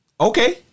okay